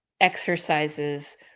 exercises